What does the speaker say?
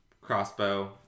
crossbow